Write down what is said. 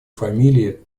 фамилии